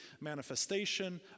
manifestation